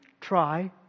try